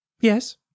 Yes